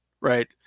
right